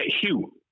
Hugh